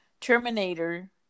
Terminator